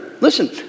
Listen